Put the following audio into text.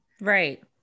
Right